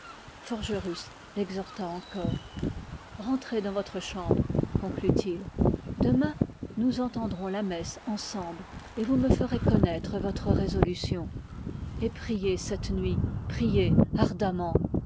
forgerus l'exhorta encore rentrez dans votre chambre conclut-il demain nous entendrons la messe ensemble et vous me ferez connaître votre résolution et priez cette nuit ardemment